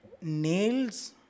nails